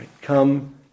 Come